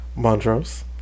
Montrose